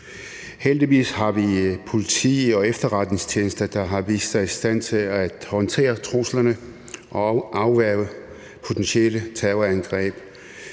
Heldigvis har vi politi- og efterretningstjenester, der har vist sig i stand til at håndtere truslerne og afværge potentielle terrorangreb.